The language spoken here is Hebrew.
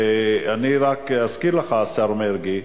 אני רק אזכיר לך, השר מרגי,